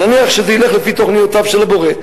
נניח שזה ילך לפי תוכניותיו של הבורא,